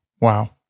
Wow